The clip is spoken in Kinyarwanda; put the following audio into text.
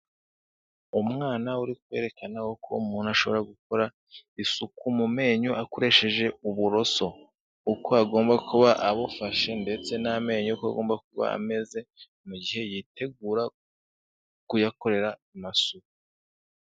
Umwana uri kwerekana uko umuntu ashobora gukora isuku mu menyo akoresheje uburoso, uko agomba kuba abufashe ndetse n'amenyo uko agomba kuba ameze, mu gihe yitegura kuyakorera amasuku.